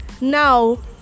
now